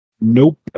Nope